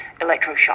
electroshock